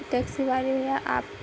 taxi والے بھیا آپ